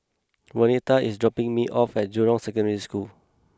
Vernetta is dropping me off at Jurong Secondary School